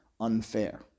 unfair